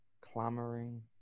clamoring